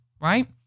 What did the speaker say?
right